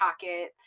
pocket